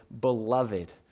beloved